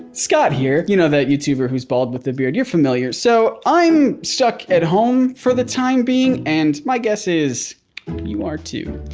scott here, you know that youtuber who's bald with the beard, you're familiar. so i'm stuck at home for the time being and my guess is you are too,